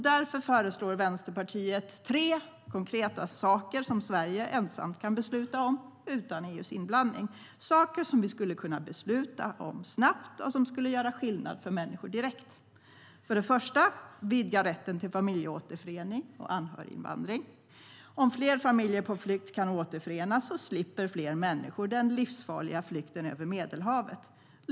Därför föreslår Vänsterpartiet tre konkreta saker som Sverige ensamt kan besluta om utan EU:s inblandning. Det är saker som vi skulle kunna besluta om snabbt och som skulle göra skillnad för människor direkt. För det första: Vidga rätten till familjeåterförening och anhöriginvandring. Om fler familjer på flykt kan återförenas slipper fler människor den livsfarliga flykten över Medelhavet.